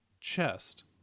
chest